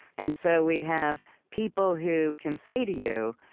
and so we have people who can say to you,